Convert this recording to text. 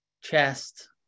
chest